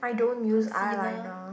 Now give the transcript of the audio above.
concealer